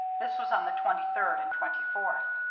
this was on the twenty-third and twenty-fourth.